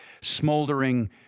smoldering